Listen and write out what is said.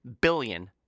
billion